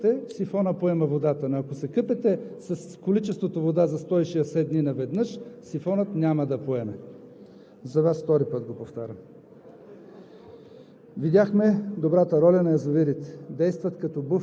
МИНИСТЪР ЕМИЛ ДИМИТРОВ: Точно това обяснявам, че ако се къпете, сифонът поема водата, но ако се къпете с количеството вода за 160 дни наведнъж, сифонът няма да поеме – за Вас втори път го повтарям.